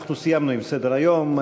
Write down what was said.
אנחנו סיימנו את סדר-היום.